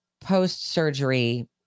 post-surgery